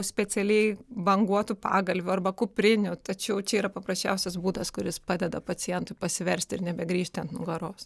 specialiai banguotų pagalvių arba kuprinių tačiau čia yra paprasčiausias būdas kuris padeda pacientui pasiversti ir nebegrįžti ant nugaros